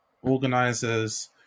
Organizers